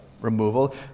removal